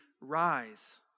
rise